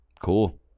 cool